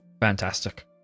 fantastic